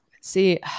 see